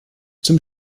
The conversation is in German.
zum